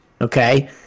Okay